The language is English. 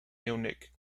munich